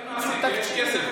שיהיה מעשי, שיהיה כסף.